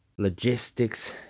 Logistics